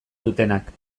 dutenak